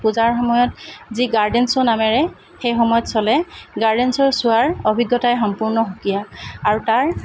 পূজাৰ সময়ত যি গাৰ্ডেন শ্ব' নামেৰে সেই সময়ত চলে গাৰ্ডেন শ্ব'ত চোৱাৰ অভিজ্ঞতা সম্পূৰ্ণ সুকীয়া আৰু তাৰ